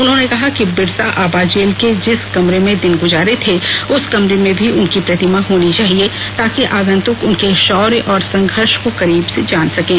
उन्होंने कहा कि बिरसा आबा जेल के जिस कमरे में दिन गुजारे थे उस कमरे में भी उनकी प्रतिमा होनी चाहिए ताकि आगंतुक उनके शौर्य और संघर्ष को करीब से जान सकें